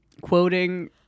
quoting